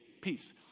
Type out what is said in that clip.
Peace